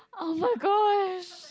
oh-my-gosh